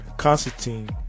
Constantine